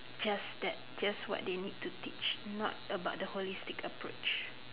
just that just what they need to teach not about the holistic approach